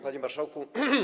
Panie Marszałku!